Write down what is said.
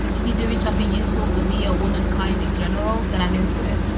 is he doing something useful for me, a woman kind in general that i'm into it?